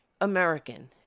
American